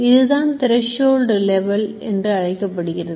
இதுதான் threshold level என்றழைக்கப்படுகிறது